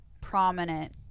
prominent